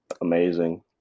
amazing